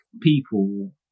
people